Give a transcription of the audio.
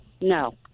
No